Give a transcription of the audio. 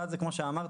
אחד זה כמו שאמרתי,